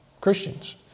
Christians